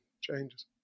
changes